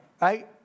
Right